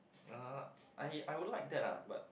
I I would like that lah but